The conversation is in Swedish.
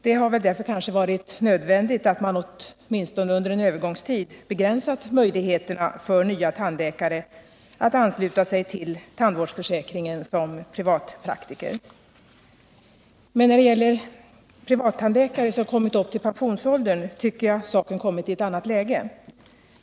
Det har därför kanske varit nödvändigt att man under en övergångstid har begränsat möjligheterna för nya tandläkare att ansluta sig till tandvårdsförsäkringen som privatpraktiker. Men när det gäller privattandläkare som kommit upp till pensionsåldern kommer saken i ett annat läge.